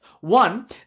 One